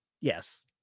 Yes